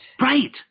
Right